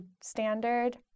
standard